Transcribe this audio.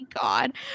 God